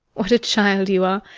what a child you are!